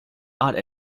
art